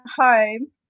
home